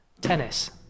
Tennis